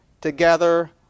together